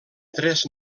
tres